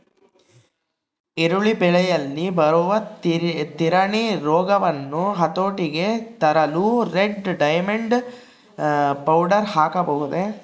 ಈರುಳ್ಳಿ ಬೆಳೆಯಲ್ಲಿ ಬರುವ ತಿರಣಿ ರೋಗವನ್ನು ಹತೋಟಿಗೆ ತರಲು ರೆಡ್ ಡೈಮಂಡ್ ಪೌಡರ್ ಹಾಕಬಹುದೇ?